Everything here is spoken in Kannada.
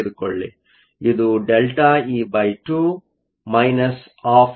ಇದು ΔE2 ½ ಆಗಿದೆ